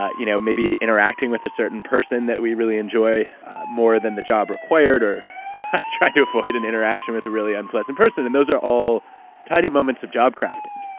ah you know maybe interacting with a certain person that we really enjoy more than the job required, or try to avoid an interaction with a really unpleasant person. and those are all tiny moments of job crafting.